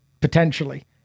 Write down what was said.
potentially